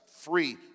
free